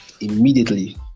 immediately